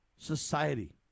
society